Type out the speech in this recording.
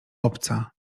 obca